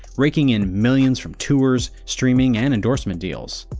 raking in millions from tours, streaming and endorsement deals.